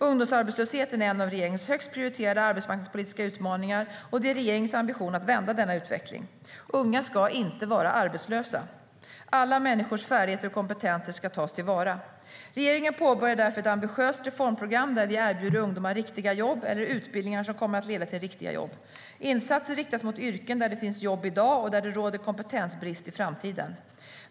Ungdomsarbetslösheten är en av regeringens högst prioriterade arbetsmarknadspolitiska utmaningar, och det är regeringens ambition att vända denna utveckling. Unga ska inte vara arbetslösa. Alla människors färdigheter och kompetenser ska tas till vara. Regeringen påbörjar därför ett ambitiöst reformprogram där vi erbjuder ungdomar riktiga jobb eller utbildningar som kommer att leda till riktiga jobb. Insatser riktas mot yrken där det finns jobb i dag och där det råder kompetensbrist i framtiden.